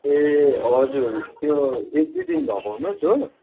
ए हजुर त्यो एक दुई दिन लगाउनुहोस् हो